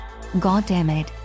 Goddammit